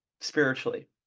spiritually